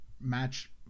match